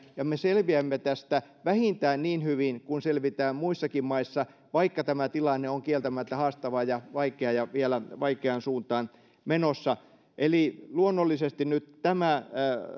ja me selviämme tästä vähintään niin hyvin kuin selvitään muissakin maissa vaikka tämä tilanne on kieltämättä haastava ja vaikea ja vielä vaikeaan suuntaan menossa eli luonnollisesti nyt tätä